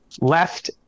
left